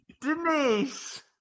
Denise